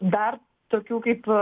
dar tokių kaip